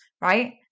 right